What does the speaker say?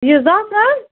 یہِ زعفران